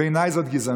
הינה, השר חזר.